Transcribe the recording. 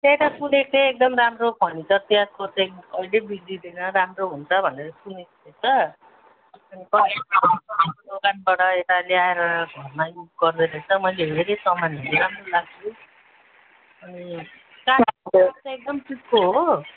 त्यही त सुनेको थिएँ एकदम राम्रो फर्निचर त्यहाँको चाहिँ कहिले बिग्रिँदैन राम्रो हुन्छ भनेर सुनेको थिएँ त दोकानबाट यता ल्याएर घरमा युज गर्दोरहेछ मैले हेरेँ सामानहरू राम्रो लाग्यो अनि काठ काठ चाहिँ एकदम टिकको हो